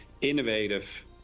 innovative